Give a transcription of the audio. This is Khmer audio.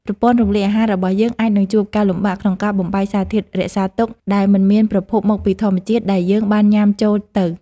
ប្រព័ន្ធរំលាយអាហាររបស់យើងអាចនឹងជួបការលំបាកក្នុងការបំបែកសារធាតុរក្សាទុកដែលមិនមានប្រភពមកពីធម្មជាតិដែលយើងបានញ៉ាំចូលទៅ។